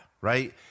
right